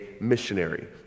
missionary